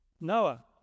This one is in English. noah